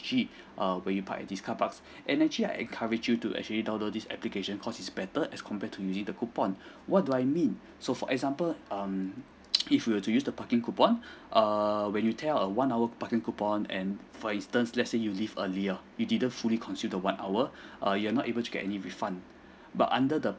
err when you park at his carpark and actually I encourage you to actually download this application cause it's better as compared to using the coupon what do I mean so for example um if you were to use the parking coupon err when you tear a one hour parking coupon and for instance let's say you leave earlier you didn't fully consumed the one hour err you're not able to get any refund but under the